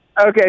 Okay